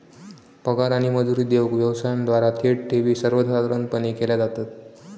पगार आणि मजुरी देऊक व्यवसायांद्वारा थेट ठेवी सर्वसाधारणपणे केल्या जातत